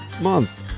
month